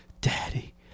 Daddy